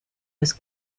was